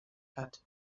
hat